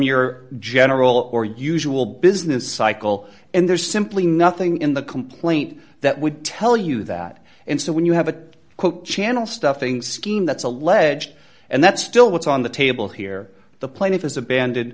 your general or usual business cycle and there's simply nothing in the complaint that would tell you that and so when you have a quote channel stuffing scheme that's alleged and that's still what's on the table here the plaintiff is a band